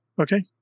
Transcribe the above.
Okay